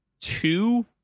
two